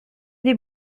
des